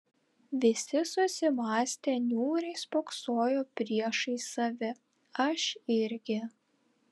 visi susimąstę niūriai spoksojo priešais save aš irgi